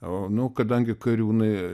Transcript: o nu kadangi kariūnai